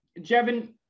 Jevin